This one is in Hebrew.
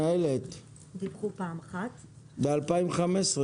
דיווחו פעם אחת ב-2015.